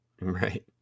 right